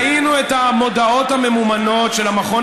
ראינו את המודעות הממומנות של המכון